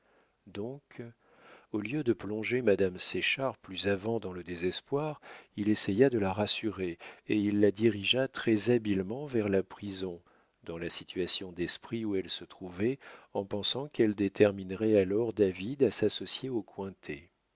donc au lieu de plonger madame séchard plus avant dans le désespoir il essaya de la rassurer et il la dirigea très-habilement vers la prison dans la situation d'esprit où elle se trouvait en pensant qu'elle déterminerait alors david à s'associer aux cointet